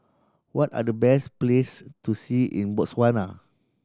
what are the best place to see in Botswana